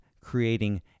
creating